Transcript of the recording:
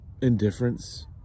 indifference